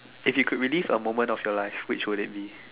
if you could relive a moment of your life which would it be